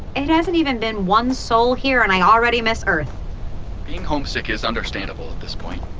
it hasn't even been one sol here, and i already miss earth being homesick is understandable at this point